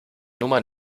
nummer